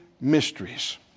mysteries